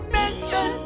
mention